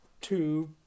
Two